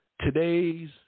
Today's